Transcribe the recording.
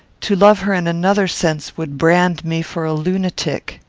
to love her in another sense would brand me for a lunatic.